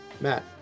Matt